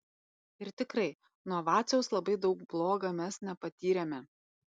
ir tikrai nuo vaciaus labai daug bloga mes nepatyrėme